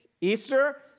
Easter